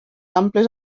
amples